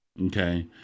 Okay